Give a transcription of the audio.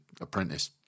apprentice